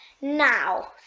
now